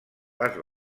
les